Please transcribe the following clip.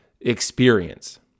experience